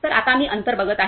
तर आता मी अंतर बघत आहे